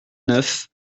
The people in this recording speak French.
neuf